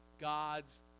God's